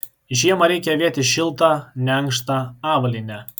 žiemą reikia avėti šiltą neankštą avalynę